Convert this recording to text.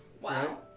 Wow